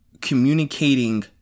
communicating